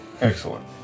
excellent